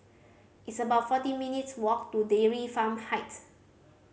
it's about forty minutes' walk to Dairy Farm Heights